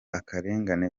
akarengane